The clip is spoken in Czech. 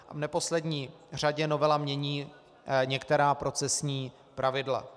V neposlední řadě novela mění některá procesní pravidla.